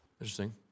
Interesting